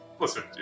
listen